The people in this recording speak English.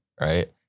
right